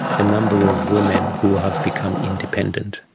the number of women who have become independent.